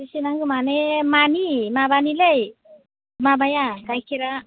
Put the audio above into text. बेसे नांगौ माने मानि माबानिलै माबाया गाइखेरा